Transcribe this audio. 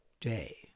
day